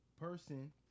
person